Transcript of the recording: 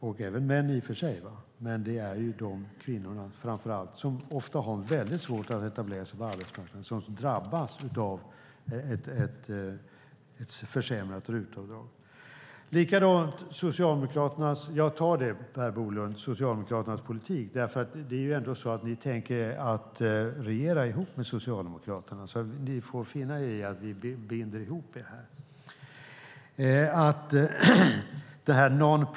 Det gäller i och för sig även män, men det är framför allt dessa kvinnor som ofta har väldigt svårt att etablera sig på arbetsmarknaden som skulle drabbas av ett försämrat RUT-avdrag. Likadant är det med Socialdemokraternas politik. Jag tar det, Per Bolund, för det är ju ändå så att ni tänker er att regera ihop med Socialdemokraterna, och därför får ni finna er i att vi binder ihop er här.